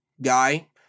guy